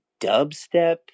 dubstep